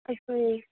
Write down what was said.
তাকে